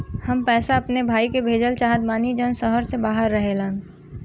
हम पैसा अपने भाई के भेजल चाहत बानी जौन शहर से बाहर रहेलन